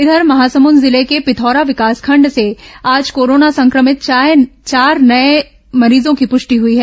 इधर महासमुंद जिले के पिथौरा विकासखंड से आज कोरोना संक्रमित चार नये मरीजों की पुष्टि हुई है